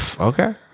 Okay